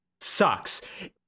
sucks